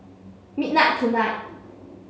midnight tonight